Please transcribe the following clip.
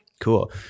Cool